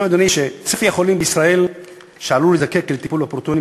צפי החולים בישראל שעלולים להזדקק לטיפול בפרוטונים